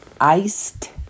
iced